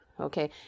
okay